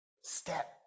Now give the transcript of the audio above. Step